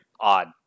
odd